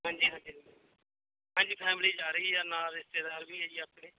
ਹਾਂਜੀ ਹਾਂਜੀ ਹਾਂਜੀ ਹਾਂਜੀ ਫੈਮਲੀ ਜਾ ਰਹੀ ਹੈ ਨਾਲ ਰਿਸ਼ਤੇਦਾਰ ਵੀ ਹੈ ਜੀ ਆਪਣੇ